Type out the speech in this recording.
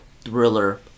thriller